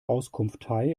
auskunftei